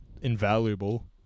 invaluable